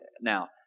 Now